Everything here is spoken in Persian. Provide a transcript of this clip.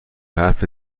حرف